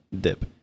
Dip